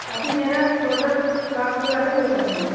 अब के मेरा प्रोजेक्ट पास हुआ है रोड बनवाने का